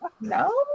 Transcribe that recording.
No